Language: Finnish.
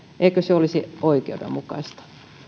eikö se olisi oikeudenmukaista